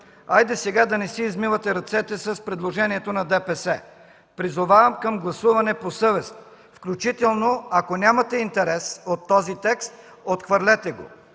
Хайде сега, да не си измивате ръцете с предложението на ДПС. Призовавам към гласуване по съвест, включително, ако нямате интерес от този текст, отхвърлете го.